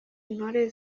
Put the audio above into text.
intore